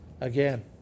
again